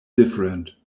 different